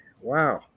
wow